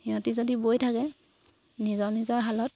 সিহঁতে যদি বৈ থাকে নিজৰ নিজৰ শালত